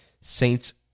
Saints-